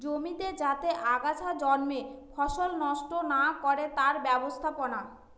জমিতে যাতে আগাছা জন্মে ফসল নষ্ট না করে তার ব্যবস্থাপনা